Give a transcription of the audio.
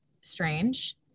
strange